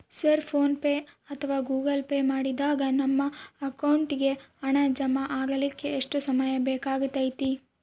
Sir PhonePe ಅಥವಾ Google Pay ಮಾಡಿದಾಗ ನಮ್ಮ ಅಕೌಂಟಿಗೆ ಹಣ ಜಮಾ ಆಗಲಿಕ್ಕೆ ಎಷ್ಟು ಸಮಯ ಬೇಕಾಗತೈತಿ?